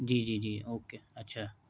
جی جی جی اوکے اچھا